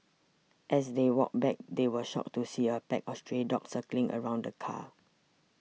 as they walked back they were shocked to see a pack of stray dogs circling around the car